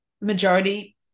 majority